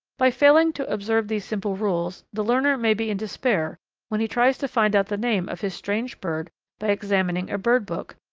by failing to observe these simple rules the learner may be in despair when he tries to find out the name of his strange bird by examining a bird book,